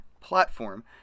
platform